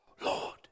Lord